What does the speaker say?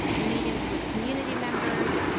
meetings with community members,